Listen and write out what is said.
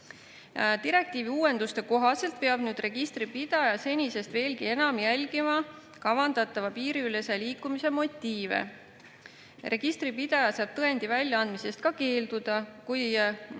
Direktiivi uuenduste kohaselt peab registripidaja nüüd senisest veelgi enam jälgima kavandatava piiriülese liikumise motiive. Registripidaja saab tõendi väljaandmisest ka keelduda, kui